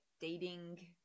dating